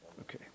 Okay